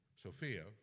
Sophia